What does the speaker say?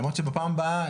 למרות שבפעם הבאה,